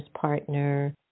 partner